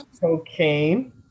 cocaine